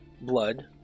blood